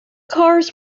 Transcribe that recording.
cars